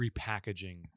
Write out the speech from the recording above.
repackaging